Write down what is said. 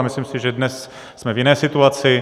Myslím si, že dnes jsme v jiné situaci.